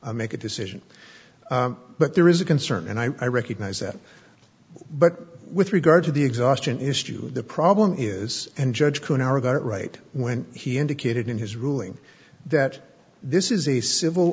make a decision but there is a concern and i recognize that but with regard to the exhaustion issue the problem is and judge cohen our got it right when he indicated in his ruling that this is a civil